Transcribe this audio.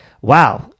Wow